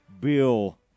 Bill